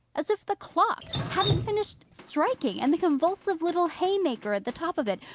as if the clock hadn't finished striking, and the convulsive little hay-maker at the top of it,